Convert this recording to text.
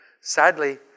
Sadly